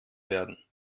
werden